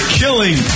killing